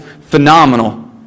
phenomenal